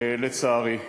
לצערי.